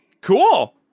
Cool